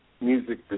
music